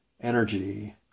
energy